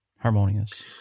Harmonious